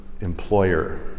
employer